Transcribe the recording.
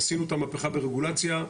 עשינו את המהפיכה ברגולציה,